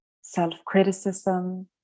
self-criticism